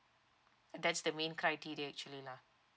that's the main criteria actually lah